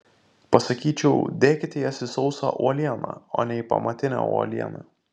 pasakyčiau dėkite jas į sausą uolieną o ne į pamatinę uolieną